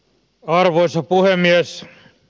arvoisa puhemies